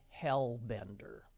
Hellbender